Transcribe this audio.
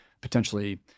potentially